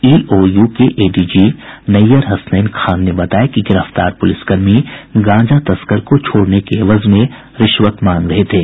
EOU को ADG Nayyar Hasnain Khan ने बताया कि गिरफ्तार पुलिसकर्मी गांजा तस्कर को छोड़ने के एवज में रिश्वत मांग रहे थे